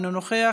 אינו נוכח,